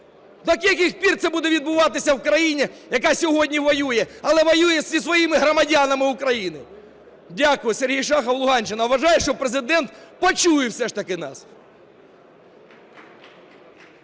До яких пір це відбуватися в країні, яка сьогодні воює, але воює зі своїми громадянами України? Дякую. Сергій Шахов, Луганщина. Вважаю, що Президент почує все ж таки нас.